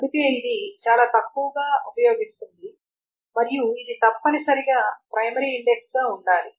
అందుకే ఇది చాలా తక్కువగా ఉపయోగిస్తుంది మరియు ఇది తప్పనిసరిగా ప్రైమరీ ఇండెక్స్ గా ఉండాలి